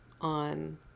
on